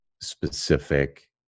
specific